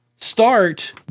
start